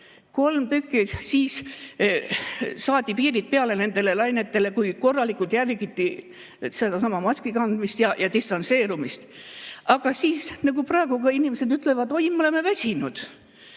kolm tükki, siis saadi piir peale nendele lainetele, kui korralikult jälgiti sedasama maskikandmist ja distantseerumist. Aga siis, nagu ka praegu inimesed ütlevad, et oi, me oleme väsinud